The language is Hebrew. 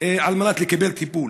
על מנת לקבל טיפול.